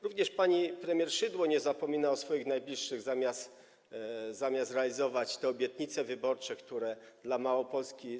Również pani premier Szydło nie zapomina o swoich najbliższych, zamiast realizować obietnice wyborcze dla Małopolski.